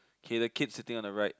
okay the kid sitting on the right